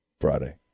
Friday